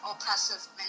oppressive